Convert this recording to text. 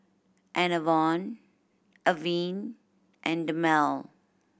Enervon Avene and Dermale